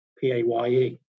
PAYE